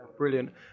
Brilliant